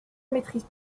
maîtrise